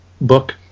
book